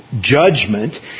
judgment